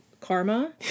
karma